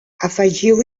afegiu